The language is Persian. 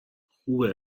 خوبه